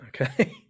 Okay